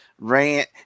rant